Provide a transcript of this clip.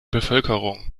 bevölkerung